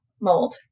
mold